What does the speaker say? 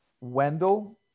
Wendell